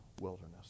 wilderness